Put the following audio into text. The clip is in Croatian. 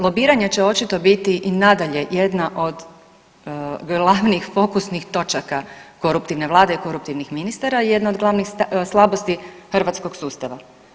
Lobiranja će očito biti i nadalje jedna od glavnih fokusnih točaka koruptivne Vlade i koruptivnih Ministara, jedna od glavnih slabosti Hrvatskog sustava.